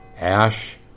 ash